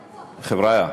חבריא.